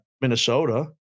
Minnesota